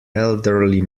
elderly